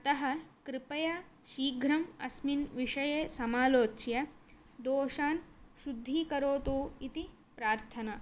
अतः कृपया शीघ्रम् अस्मिन् विषये समालोच्य दोषान् शुद्धीकरोतु इति प्रार्थना